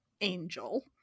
angel